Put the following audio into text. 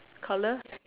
colour